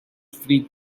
free